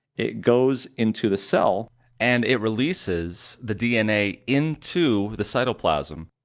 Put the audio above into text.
it goes into the cell and it releases the dna into the cytoplasm,